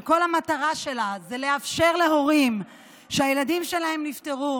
כל המטרה שלו היא לאפשר להורים שהילדים שלהם נפטרו